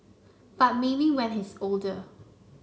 but maybe when he's older